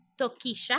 Tokisha